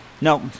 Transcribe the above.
No